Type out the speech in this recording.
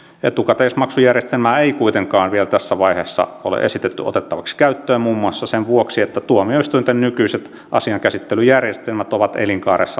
etukäteismaksujärjestelmää ei kuitenkaan vielä tässä vaiheessa ole esitetty otettavaksi käyttöön muun muassa sen vuoksi että tuomioistuinten nykyiset asiankäsittelyjärjestelmät ovat elinkaarensa loppuvaiheessa